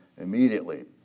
immediately